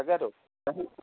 তাকেতো